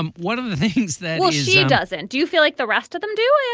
um what are the things that she doesn't. do you feel like the rest of them do